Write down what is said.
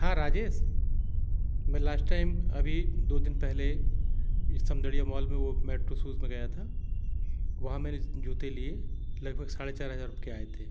हाँ राजेश मैं last time अभी दो दिन पहले यह समदड़िया मॉल में वह मेट्रो सूज़ में गया था वहाँ मैंने जूते लिए लगभग साढ़े चार हज़ार के आए थे